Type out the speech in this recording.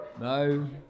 no